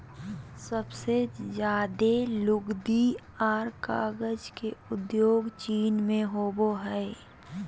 सबसे ज्यादे लुगदी आर कागज के उद्योग चीन मे होवो हय